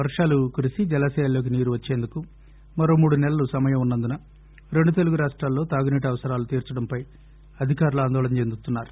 వర్గాలు కురిసి జలాశయాల్లోకి నీరు వచ్చేందుకు మరో మూడు నెలలు సమయంవున్నందున రెండు తెలుగు రాష్టాలలో తాగునీటి అవసరాలను తీర్చటంపై అధికారులు ఆందోళన చెందుతున్నారు